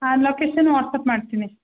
ಹಾಂ location WhatsApp ಮಾಡ್ತೀನಿ